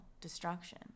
destruction